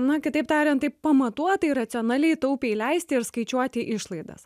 na kitaip tariant taip pamatuotai racionaliai taupiai leisti ir skaičiuoti išlaidas